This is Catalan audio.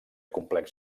complex